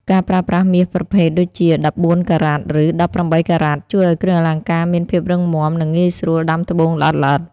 ការប្រើប្រាស់មាសប្រភេទ (ដូចជា ១៤ការ៉ាត់ ឬ ១៨ការ៉ាត់) ជួយឱ្យគ្រឿងអលង្ការមានភាពរឹងមាំ និងងាយស្រួលដាំត្បូងល្អិតៗ។